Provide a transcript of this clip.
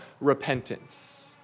repentance